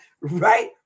Right